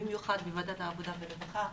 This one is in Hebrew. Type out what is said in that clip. במיוחד בוועדת העבודה והרווחה,